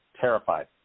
terrified